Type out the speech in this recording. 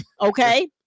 okay